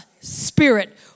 spirit